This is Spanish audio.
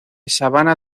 sabana